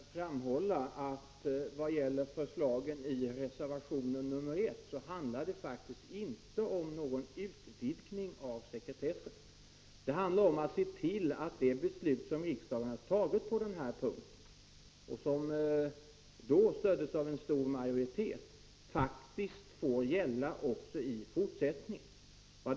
Herr talman! Får jag för Kurt Ove Johansson framhålla att förslagen i reservation nr 1 inte handlar om någon utvidgning av sekretessen utan om att se till att de beslut som riksdagen har fattat på denna punkt och som har stötts av en bred majoritet kommer att gälla också i fortsättningen.